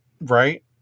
right